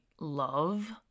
love